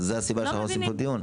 זו הסיבה שאנחנו מקיימים פה את הדיון.